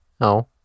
No